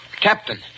Captain